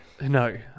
no